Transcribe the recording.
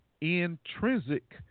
intrinsic